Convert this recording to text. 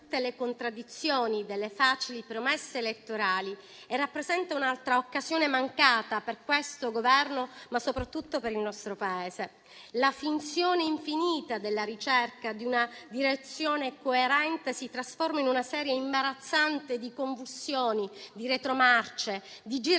che esaminiamo oggi mostra tutte le contraddizioni delle facili promesse elettorali e rappresenta un'altra occasione mancata per questo Governo, ma soprattutto per il nostro Paese. La finzione infinita della ricerca di una direzione coerente si trasforma in una serie imbarazzante di convulsioni, di retromarce e di giravolte